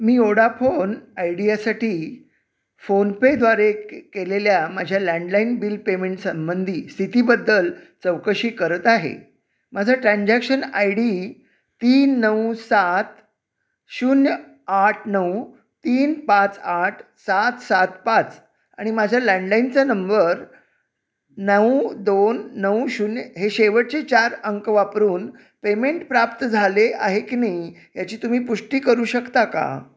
मी Vodafone आयडियासाठी फोनपेद्वारे के केलेल्या माझ्या लँडलाईन बिल पेमेंट संबंधी स्थितीबद्दल चौकशी करत आहे माझं ट्रान्झॅक्शन आय डी तीन नऊ सात शून्य आठ नऊ तीन पाच आठ सात सात पाच आणि माझ्या लँडलाईनचा नंबर नऊ दोन नऊ शून्य हे शेवटचे चार अंक वापरून पेमेंट प्राप्त झाले आहे की नाही याची तुम्ही पुष्टी करू शकता का